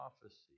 prophecy